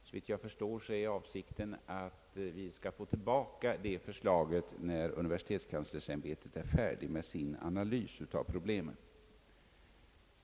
Såvitt jag förstår är avsikten att vi skall få tillbaka förslaget, när universitetskanslersämbetet är färdigt med sin analys av problemet.